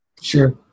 Sure